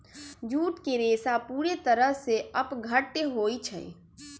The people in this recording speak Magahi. जूट के रेशा पूरे तरह से अपघट्य होई छई